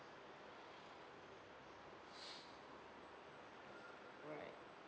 alright